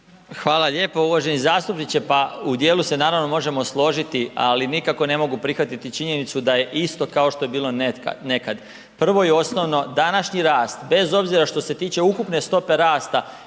Hvala lijepo. Uvaženi zastupniče, pa u dijelu se naravno možemo složiti, ali nikako ne mogu prihvatiti činjenicu da je isto kao što je bilo nekad. Prvo i osnovno, današnji rast bez obzira što se tiče ukupne stope rasta